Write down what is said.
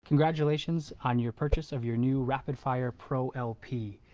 congratulations on your purchase of your new rapidfire pro lp.